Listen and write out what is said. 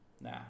nah